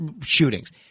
shootings